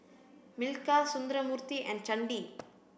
Milkha Sundramoorthy and Chandi